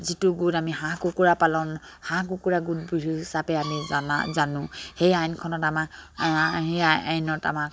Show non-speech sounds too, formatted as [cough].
যিটো গোট আমি হাঁহ কুকুৰা পালন হাঁহ কুকুৰা গোট [unintelligible] হিচাপে আমি জানা জানো সেই আইনখনত আমাক সেই আইনত আমাক